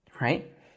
Right